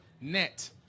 net